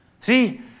See